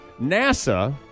NASA